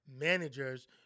Managers